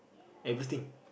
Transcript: everything